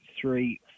three